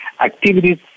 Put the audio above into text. activities